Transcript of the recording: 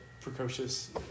precocious